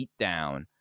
beatdown